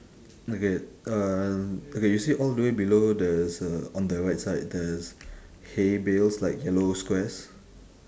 okay uh okay you see all the way below there's a on the right side there's hay bales like yellow squares